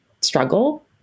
struggle